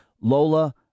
Lola